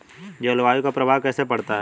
जलवायु का प्रभाव कैसे पड़ता है?